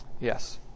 Yes